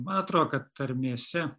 man atrodo kad tarmėse